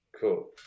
Cool